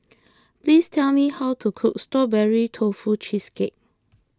please tell me how to cook Strawberry Tofu Cheesecake